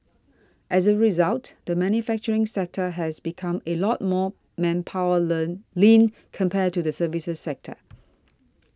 as a result the manufacturing sector has become a lot more manpower len lean compared to the services sector